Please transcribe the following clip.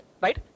right